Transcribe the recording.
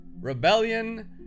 rebellion